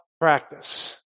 Practice